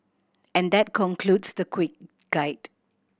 and that concludes the quick guide